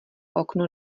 okno